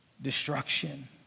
destruction